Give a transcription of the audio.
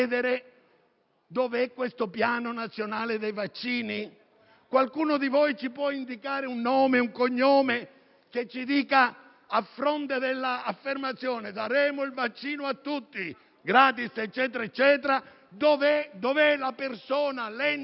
dov'è questo Piano nazionale dei vaccini? Qualcuno di voi ci può indicare un nome e un cognome, a fronte dell'affermazione «daremo il vaccino a tutti *gratis*»? Dov'è la persona, l'ente, il gruppo,